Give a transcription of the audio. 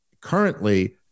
currently